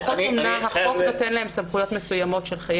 למשפחות אומנה החוק נותן סמכויות מסוימות של חיי